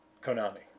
Konami